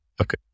okay